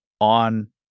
on